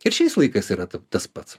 ir šiais laikais yra ta tas pats